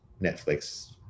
Netflix